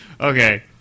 Okay